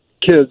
kids